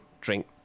drink